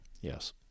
Yes